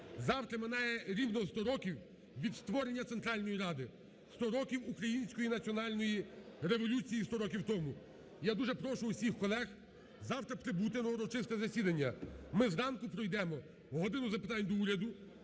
завтра минає рівно 100 років від створення Центральної Ради, 100 років Української національної революції, 100 років тому. Я дуже прошу всіх колег завтра прибути на урочисте засідання. Ми зранку пройдемо "годину запитань до Уряду",